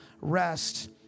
rest